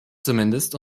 zumindest